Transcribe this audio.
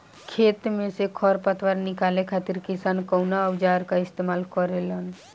खेत में से खर पतवार निकाले खातिर किसान कउना औजार क इस्तेमाल करे न?